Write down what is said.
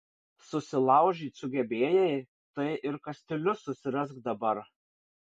susilaužyt sugebėjai tai ir kastilius susirask dabar